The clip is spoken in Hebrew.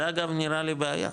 זה אגב, נראה לי בעיה,